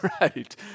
right